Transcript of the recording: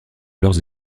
leurs